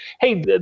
hey